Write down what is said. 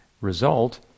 result